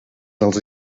als